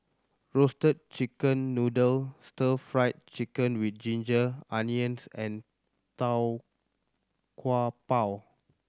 Roasted Chicken Noodle Stir Fried Chicken With Ginger Onions and Tau Kwa Pau